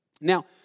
Now